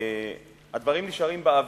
הדברים נשארים באוויר,